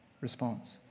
response